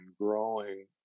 growing